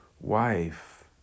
wife